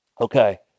Okay